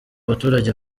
baturage